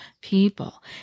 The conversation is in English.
people